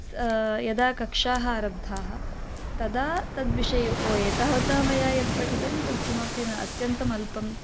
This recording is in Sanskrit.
सा यदा कक्ष्याः आरब्धाः तदा तद्विषये ओ एतावता मया यत् पठितं तत् किमपि न अत्यन्तम् अल्पं